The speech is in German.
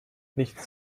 nichts